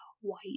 white